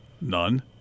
None